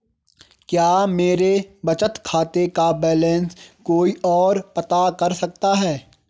क्या मेरे बचत खाते का बैलेंस कोई ओर पता कर सकता है?